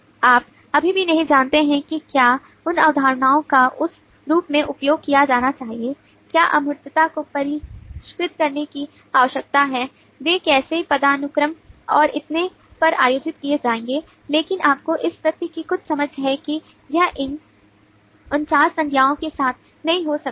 आप अभी भी नहीं जानते हैं कि क्या उन अवधारणाओं का उस रूप में उपयोग किया जाना चाहिए क्या अमूर्तता को परिष्कृत करने की आवश्यकता है वे कैसे पदानुक्रम और इतने पर आयोजित किए जाएंगे लेकिन आपको इस तथ्य की कुछ समझ है कि यह इन 49 संज्ञाओं के साथ नहीं हो सकता है